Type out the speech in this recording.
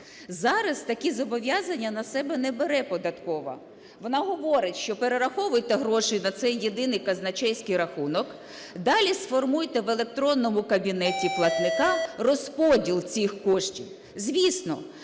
Зараз такі зобов'язання на себе не бере податкова. Вона говорить, що перераховуйте гроші на цей єдиний казначейський рахунок, далі сформуйте в електронному кабінеті платника розподіл цих коштів. Звісно,